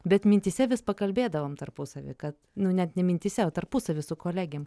bet mintyse vis pakalbėdavom tarpusavy kad nu net ne mintyse o tarpusavy su kolegėm